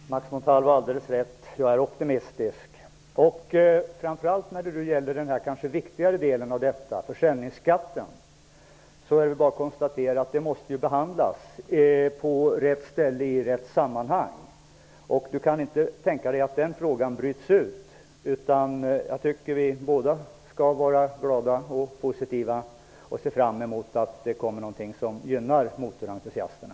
Herr talman! Max Montalvo har alldeles rätt. Jag är optimistisk. Framför allt när det gäller den viktigaste delen, dvs. försäljningsskatten, är det bara att konstatera att ärendet måste behandlas på rätt ställe i rätt sammanhang. Man kan inte bryta ut frågan. Jag tycker att vi båda skall vara glada och positiva och se fram emot att det kommer någonting som gynnar motorentusiasterna.